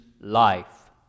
life